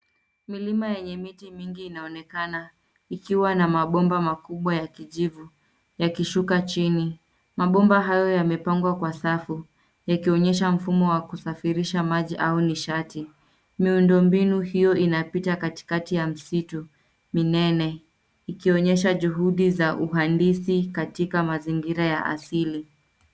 Milima enye miti mingi inaonekana ikiwa na mapomba makubwa ya kijivu yakishuka jini, mapomba hayo yamepangwa kwa safu yakionyesha mfumo wa kusafirisha maji au nishati, miundobinu hio inapita katikati ya mzitu minene ikionyesha juhudi za uandizi katika mazingira ya asili.